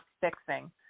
fixing